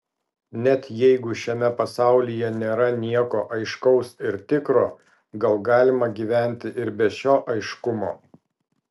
net jeigu šiame pasaulyje nėra nieko aiškaus ir tikro gal galima gyventi ir be šio aiškumo